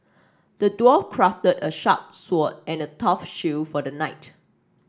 the dwarf crafted a sharp sword and a tough shield for the knight